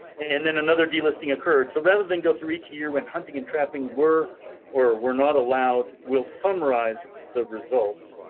and then another delisting occurred. so rather than go through each year when hunting and trapping were or were not allowed will summarize the results.